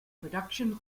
production